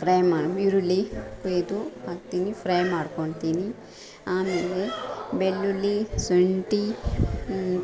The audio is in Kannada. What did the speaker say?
ಫ್ರೈ ಮಾಡಿ ಈರುಳ್ಳಿ ಕೊಯ್ದು ಹಾಕ್ತೀನಿ ಫ್ರೈ ಮಾಡ್ಕೋತೀನಿ ಆಮೇಲೆ ಬೆಳ್ಳುಳ್ಳಿ ಶುಂಠಿ